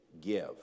give